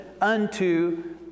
unto